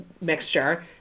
mixture